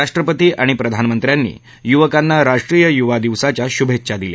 राष्ट्रपती आणि प्रधानमंत्र्यांनी युवकांन राष्ट्रीय युवा दिवसाच्या शुभेच्छा दिल्या